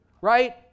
right